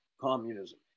communism